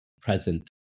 present